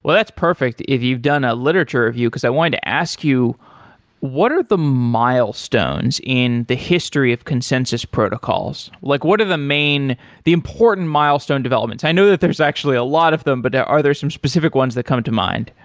but that's perfect if you've done a literature review, because i wanted to ask you what are the milestones in the history of consensus protocols? like what are the main the important milestone developments? i know that there're actually a lot of them, but are there some specific ones that come to mind?